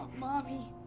mommy.